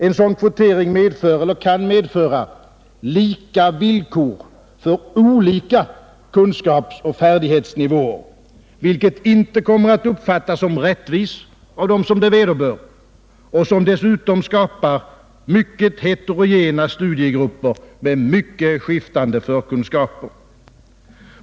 En sådan kvotering medför eller kan medföra lika villkor för olika kunskapsoch färdighetsnivåer, vilket inte kommer att uppfattas som rättvist av dem det vederbör. Det skapar dessutom heterogena studiegrupper med mycket skiftande förkunskaper.